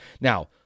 Now